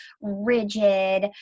rigid